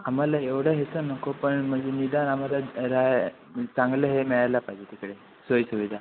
आम्हाला एवढं हेचं नको पण म्हणजे निदान आम्हाला राहा चांगलं हे मिळायला पाहिजे तिकडे सोयीसुविधा